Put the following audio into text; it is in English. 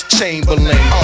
Chamberlain